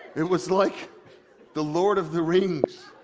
it was like the lord of the rings